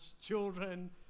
children